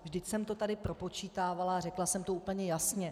Vždyť jsem to tady propočítávala a řekla jsem to úplně jasně.